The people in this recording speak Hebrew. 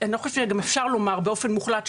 ואני לא חושבת שאפשר לומר באופן מוחלט,